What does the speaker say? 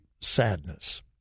sadness